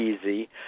easy